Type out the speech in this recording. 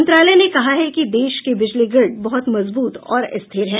मंत्रालय ने कहा है कि देश के बिजली ग्रिड बहुत मजबूत और स्थिर हैं